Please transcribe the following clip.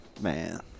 Man